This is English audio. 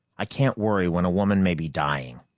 i can't worry when a woman may be dying.